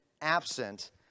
absent